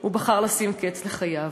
הוא בחר לשים קץ לחייו.